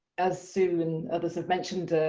as sue and others have mentioned,